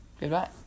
goodbye